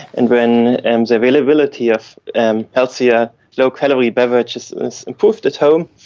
and when and the availability of and healthier low-calorie beverages are improved at home,